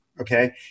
Okay